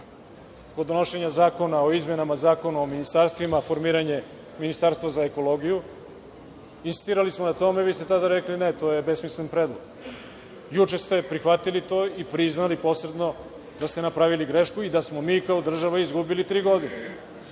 od donošenja zakona o izmenama Zakona o ministarstvima, formiranje ministarstva za ekologiju, insistirali smo na tome, a vi ste tada rekli – ne, to je besmislen predlog. Juče ste prihvatili to i priznali posredno da ste napravili grešku i da smo mi kao država izgubili tri godine,